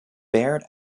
baird